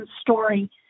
story